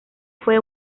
fue